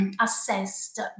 assessed